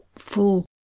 full